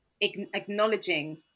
acknowledging